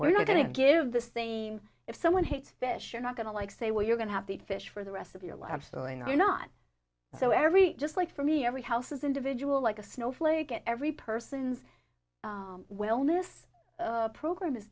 we're not going to give the same if someone hates fish are not going to like say well you're going to have to eat fish for the rest of your lab sewing or not so every just like for me every house is individual like a snowflake at every person's wellness program is